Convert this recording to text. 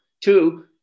Two